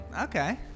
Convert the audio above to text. Okay